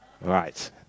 Right